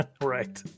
Right